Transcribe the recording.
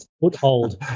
foothold